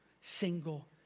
single